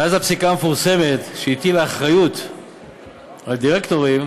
מאז הפסיקה המפורסמת שהטילה אחריות על דירקטורים,